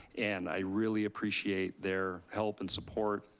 and i really appreciate their help and support.